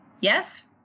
Yes